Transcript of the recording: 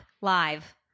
live